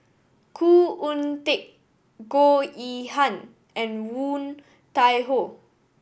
Khoo Oon Teik Goh Yihan and Woon Tai Ho